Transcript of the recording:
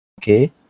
Okay